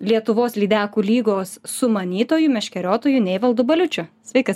lietuvos lydekų lygos sumanytoju meškeriotoju neivaldu baliučiu sveikas